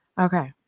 Okay